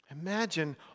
Imagine